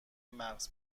مغر